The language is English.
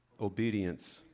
Obedience